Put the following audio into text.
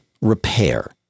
repair